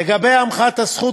לגבי המחאת זכות,